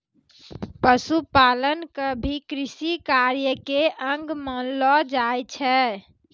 पशुपालन क भी कृषि कार्य के अंग मानलो जाय छै